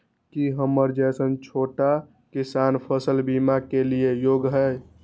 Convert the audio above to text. की हमर जैसन छोटा किसान फसल बीमा के लिये योग्य हय?